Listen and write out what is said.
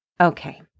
Okay